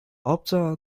obca